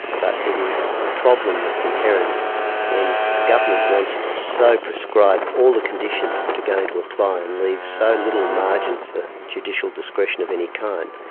but it is a problem that's inherent when a government wants to so proscribe all the conditions that are going to apply and leave so little margin for judicial discretion of any kind,